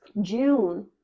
june